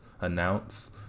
announce